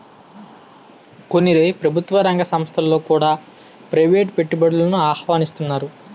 కొన్ని ప్రభుత్వ రంగ సంస్థలలో కూడా ప్రైవేటు పెట్టుబడులను ఆహ్వానిస్తన్నారు